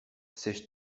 sèche